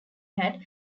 had